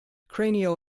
cranial